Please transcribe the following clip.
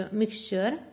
mixture